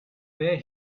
where